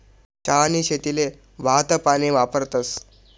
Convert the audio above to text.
चहानी शेतीले वाहतं पानी वापरतस